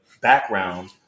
background